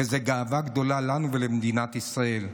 וזאת גאווה גדולה לנו ולמדינת ישראל.